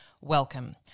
welcome